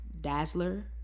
Dazzler